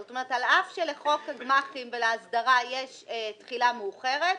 זאת אומרת: על אף שלחוק הגמ"חים ולהסדרה יש תחילה מאוחרת,